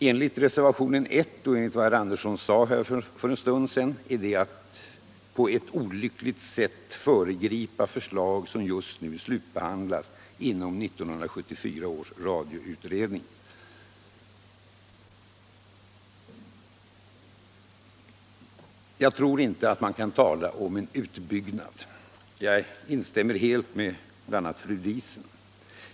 Enligt reservationen 1 och vad herr Andersson i Lycksele nyss sade skulle detta på ett olyckligt sätt föregripa de förslag om en utbyggnad som just nu slutbehandlas inom 1974 års radioutredning. Jag tror inte att man kan tala om en urbyggnad - på den punkten instämmer jag helt med bl.a. fru Diesen.